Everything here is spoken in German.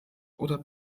oder